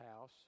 house